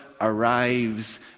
arrives